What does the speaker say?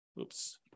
oops